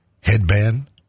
Headband